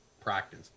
practice